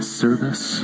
service